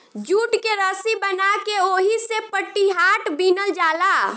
jute के रसी बना के ओहिसे पटिहाट बिनल जाला